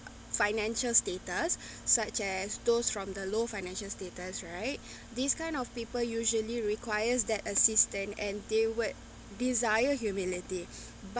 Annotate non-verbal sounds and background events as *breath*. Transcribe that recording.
financial status *breath* such as those from the low financial status right *breath* this kind of people usually requires that assistant and they would desire humility *breath*